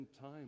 time